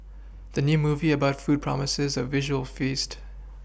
the new movie about food promises a visual feast